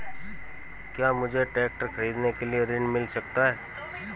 क्या मुझे ट्रैक्टर खरीदने के लिए ऋण मिल सकता है?